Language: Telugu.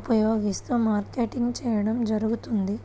ఉపయోగిస్తూ మార్కెటింగ్ చేయడం జరుగుతుంది